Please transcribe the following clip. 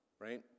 right